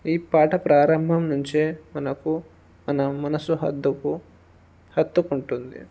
ఈ పాట ప్రారంభం నుంచే మనకు మన మనసు హద్దుకు హత్తుకుంటుంది